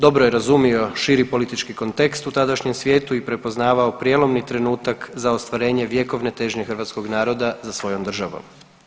Dobro je razumio širi politički kontekst u tadašnjem svijetu i prepoznavao prijelomni trenutak za ostvarenje vjekovne težnje hrvatskog naroda za svojom državom.